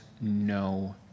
no